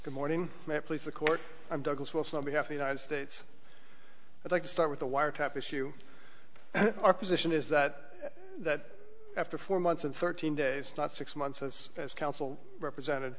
good morning please the court i'm douglas wilson we have the united states i'd like to start with the wiretap issue our position is that that after four months and thirteen days not six months us as counsel represented